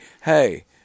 hey